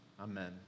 amen